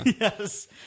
Yes